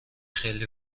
خیلی